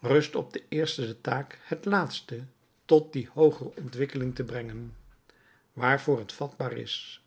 rust op het eerste de taak het laatste tot die hoogere ontwikkeling te brengen waarvoor het vatbaar is